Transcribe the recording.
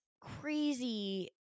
crazy